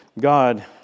God